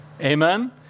Amen